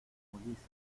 ulises